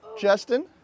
Justin